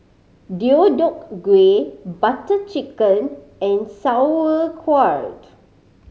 Deodeok Gui Butter Chicken and Sauerkraut